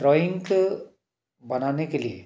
drawing बनाने के लिए